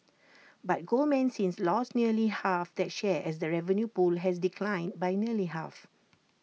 but Goldman since lost nearly half that share as the revenue pool has declined by nearly half